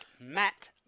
Matt